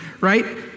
right